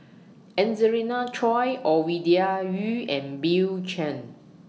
Angelina Choy Ovidia Yu and Bill Chen